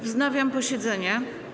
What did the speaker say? Wznawiam posiedzenie.